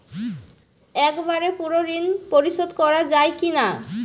একবারে পুরো ঋণ পরিশোধ করা যায় কি না?